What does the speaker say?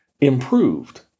improved